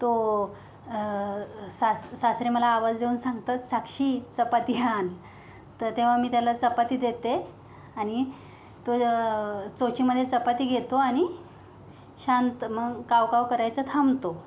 तो सासू सासरे मला आवाज देऊन सांगतात साक्षी चपाती अन् तर तेव्हा मी त्याला चपाती देते आणि तो चोचीमध्ये चपाती घेतो आणि शांत मग काव काव करायचं थांबतो